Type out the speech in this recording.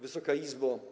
Wysoka Izbo!